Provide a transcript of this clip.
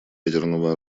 ядерного